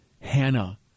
Hannah